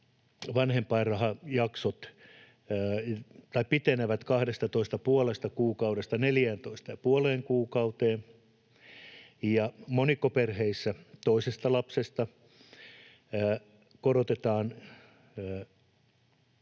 vanhempainrahajaksot pitenevät 12,5 kuukaudesta 14,5 kuukauteen ja monikkoperheissä toisesta lapsesta korotetaan